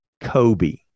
Kobe